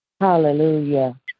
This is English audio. Hallelujah